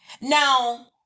Now